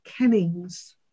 Kennings